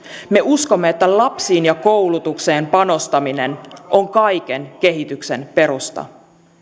me uskomme että lapsiin ja koulutukseen panostaminen on kaiken kehityksen perusta